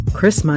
Chris